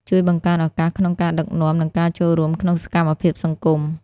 ជួយបង្កើនឱកាសក្នុងការដឹកនាំ និងការចូលរួមក្នុងសកម្មភាពសង្គម។